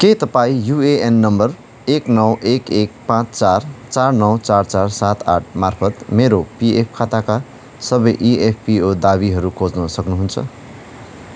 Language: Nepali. के तपाईँ युएएन नम्बर एक नौ एक एक पाँच चार चार नौ चार चार सात आठमार्फत मेरो पिएफ खाताका सबै इएफपिओ दावीहरू खोज्न सक्नुहुन्छ